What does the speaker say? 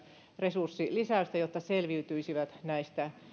resurssilisäystä jotta selviytyisivät näistä